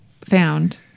found